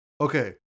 Okay